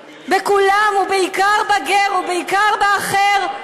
בכולם, ובעיקר בגר ובעיקר באחר?